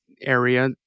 area